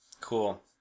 Cool